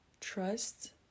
trust